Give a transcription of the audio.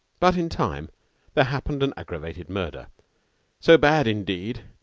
but in time there happened an aggravated murder so bad, indeed,